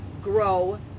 grow